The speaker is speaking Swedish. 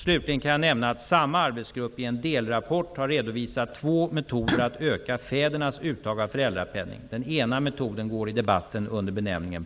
Slutligen kan jag nämna att samma arbetsgrupp i en delrapport har redovisat två metoder att öka fädernas uttag av föräldrapenning. Den ena metoden går i debatten under benämningen